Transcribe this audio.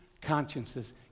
consciences